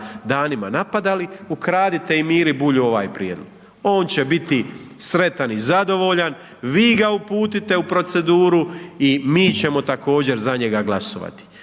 danima napadali, ukradite i Miri Bulju ovaj prijedlog, on će biti sretan i zadovoljan, vi ga uputite u proceduru i mi ćemo također za njega glasovati